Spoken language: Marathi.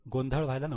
गोंधळ व्हायला नको